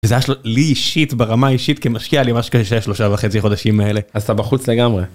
וזה היה שלו... לי אישית, ברמה האישית כמשקיע, היה לי ממש קשה השלושה וחצי חודשים האלה. אז אתה בחוץ לגמרי.